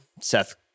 Seth